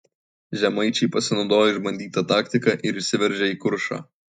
žemaičiai pasinaudojo išbandyta taktika ir įsiveržė į kuršą